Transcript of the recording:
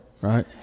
Right